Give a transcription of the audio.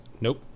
Nope